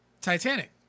Titanic